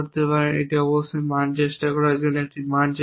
একটি মান চেষ্টা করার জন্য একটি মান চেষ্টা করুন